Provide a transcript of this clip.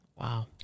Wow